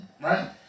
right